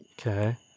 Okay